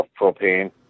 Propane